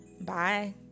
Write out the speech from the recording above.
bye